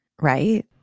right